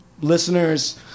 listeners